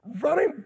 Running